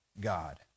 God